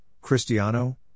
Cristiano